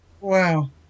Wow